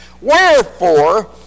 Wherefore